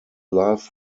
love